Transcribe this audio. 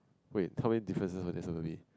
wait tell me differences for this one only